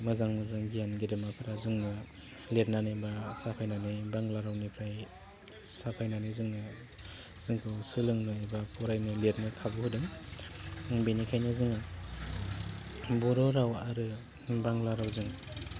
माखासे मोजां मोजां गियान गेदेमाफ्रा जोंनो लिरनानै बा साफायनानै बांग्ला रावनिफ्राय साफायनानै जोंनो जोंखौ सोलोंनो बा फरायनो लिरनो खाबु होदों बेनिखायनो जोङो बर' राव आरो बांग्ला रावजों